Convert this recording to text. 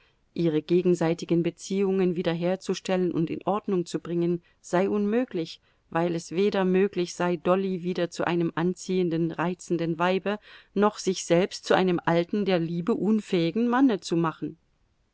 ihre gegenseitigen beziehungen wiederherzustellen und in ordnung zu bringen sei unmöglich weil es weder möglich sei dolly wieder zu einem anziehenden reizenden weibe noch sich selbst zu einem alten der liebe unfähigen manne zu machen